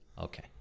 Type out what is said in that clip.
Okay